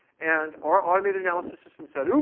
and our automated analysis system said, oh,